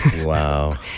Wow